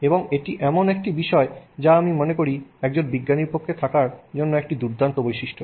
এবং এটি এমন একটি বিষয় যা আমি মনে করি একজন বিজ্ঞানীর পক্ষে থাকার জন্য একটি দুর্দান্ত বৈশিষ্ট্য